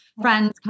friends